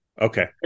Okay